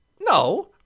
No